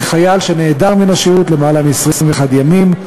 כי חייל שנעדר מן השירות יותר מ-21 ימים,